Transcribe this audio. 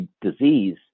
disease